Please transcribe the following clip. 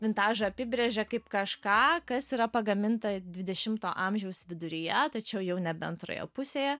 vintažą apibrėžia kaip kažką kas yra pagaminta dvidešimto amžiaus viduryje tačiau jau nebe antroje pusėje